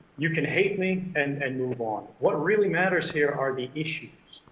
you can hate me and and move on. what really matters here are the issues.